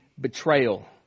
betrayal